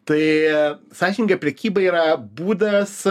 tai sąžininga prekyba yra būdas